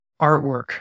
artwork